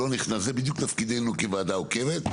זה בדיוק תפקידנו כוועדה עוקבת,